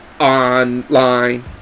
online